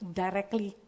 directly